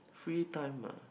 free time ah